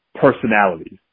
personalities